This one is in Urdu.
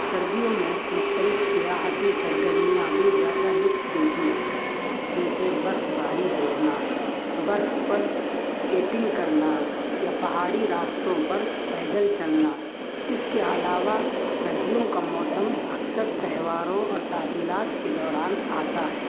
سردیوں میں مختلف سیاحتی سرگرمیاں بھی زیادہ لطف دیتی ہیں جیسے برفباری دیکھنا برف پر اسکیٹنگ کرنا یا پہاڑی راستوں پر پیدل چلنا اس کے علاوہ سردیوں کا موسم اکثر تہواروں اور تعطیلات کے دوران آتا ہے